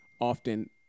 often